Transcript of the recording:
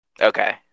Okay